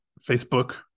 Facebook